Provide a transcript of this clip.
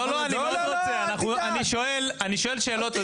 לא, אני שואל שאלות.